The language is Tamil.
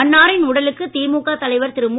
அன்னாரின் உடலுக்கு திமுக தலைவர் திரு மு